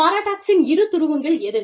பாராடாக்ஸின் இரு துருவங்கள் எது